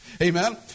Amen